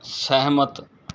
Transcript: ਸਹਿਮਤ